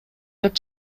деп